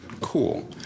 cool